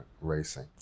racing